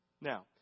Now